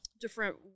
different